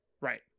Right